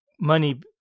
money